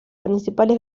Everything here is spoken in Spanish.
principales